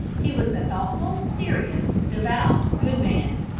he was a thoughtful, serious, devout, good man.